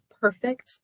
perfect